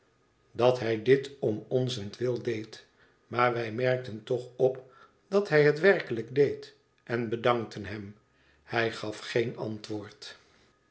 dat hij dit om onzentwil deed maar wij merkten toch op dat hij het werkelijk deed en bedankten hem hij gaf geen antwoord